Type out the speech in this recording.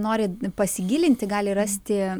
nori pasigilinti gali rasti